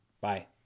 Bye